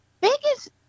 biggest